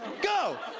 go!